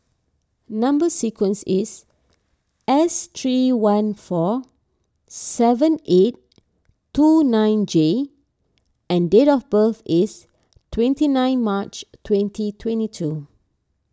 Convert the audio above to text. Number Sequence is S three one four seven eight two nine J and date of birth is twenty nine March twenty twenty two